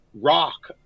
rock